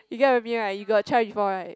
you get what I mean right you got try before right